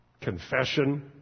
confession